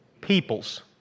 peoples